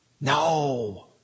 No